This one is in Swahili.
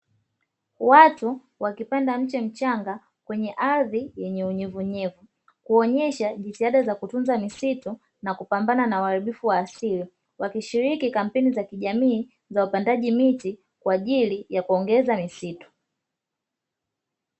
Watu wakipanda mche mchanga kwenye ardhi yenye unyevunyevu, kuonyesha jitihada za kutunza misitu na kupambana na uharibifu wa asili, wakishiriki kampeni za kijamii za upandaji miti kwa ajili ya kuongeza misitu.